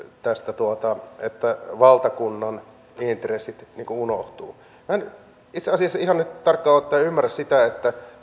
tästä että valtakunnan intressit unohtuvat minä en itse asiassa ihan nyt tarkkaan ottaen ymmärrä sitä